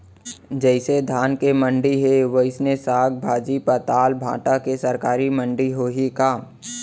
जइसे धान के मंडी हे, वइसने साग, भाजी, पताल, भाटा के सरकारी मंडी होही का?